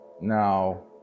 Now